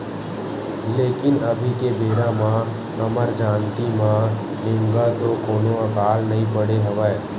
लेकिन अभी के बेरा म हमर जानती म निमगा तो कोनो अकाल नइ पड़े हवय